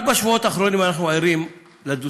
רק בשבועות האחרונים אנחנו ערים לדו-שיח